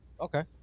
Okay